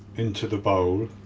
into the bowl,